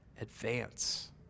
Advance